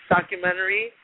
documentary